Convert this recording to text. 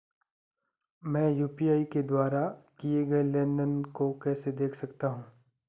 मैं यू.पी.आई के द्वारा किए गए लेनदेन को कैसे देख सकता हूं?